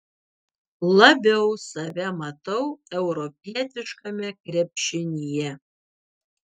labiau save matau europietiškame krepšinyje